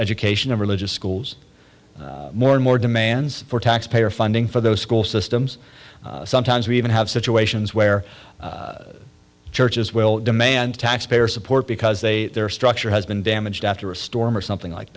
education of religious schools more and more demands for taxpayer funding for those school systems sometimes we even have situations where churches will demand taxpayer support because they their structure has been damaged after a storm or something like